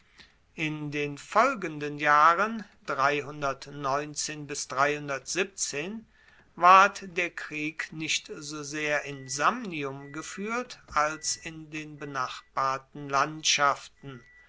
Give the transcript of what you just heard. in den folgenden jahren ward der krieg nicht so sehr in samnium gefuehrt als in den benachbarten landschaften